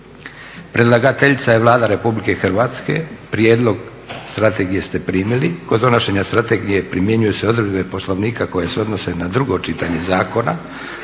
Predlagateljica je Vlada Republike Hrvatske. Prijedlog strategije ste primili. Kod donošenja strategije primjenjuju se odredbe Poslovnika koje se odnose na drugo čitanje zakona,